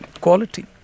quality